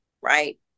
Right